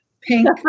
pink